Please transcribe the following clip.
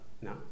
No